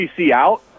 out